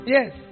Yes